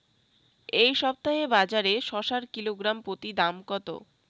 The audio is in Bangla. এই সপ্তাহে বাজারে শসার কিলোগ্রাম প্রতি দাম কত?